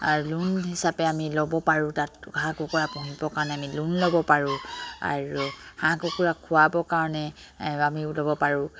আৰু লোণ হিচাপে আমি ল'ব পাৰোঁ তাত হাঁহ কুকুৰা পুহিবৰ কাৰণে আমি লোণ ল'ব পাৰোঁ আৰু হাঁহ কুকুৰা খোৱাবৰ কাৰণে আমিও ল'ব পাৰোঁ